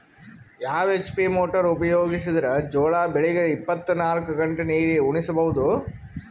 ಯಾವ HP motor ಉಪಯೋಗಿಸಿದರ ಜೋಳ ಬೆಳಿಗ ಇಪ್ಪತ ನಾಲ್ಕು ಗಂಟೆ ನೀರಿ ಉಣಿಸ ಬಹುದು?